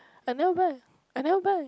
I never buy I never buy